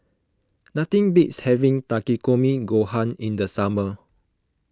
nothing beats having Takikomi Gohan in the summer